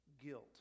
guilt